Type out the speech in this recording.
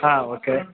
ಹಾಂ ಓಕೆ